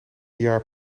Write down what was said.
jaar